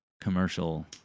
commercial